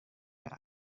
yang